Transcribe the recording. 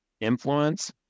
influence